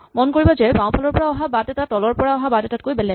মন কৰিবা যে বাওঁফালৰ পৰা অহা বাট এটা তলৰ পৰা অহা বাট এটাতকৈ বেলেগ